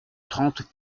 trente